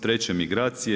Treće, migracije.